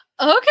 Okay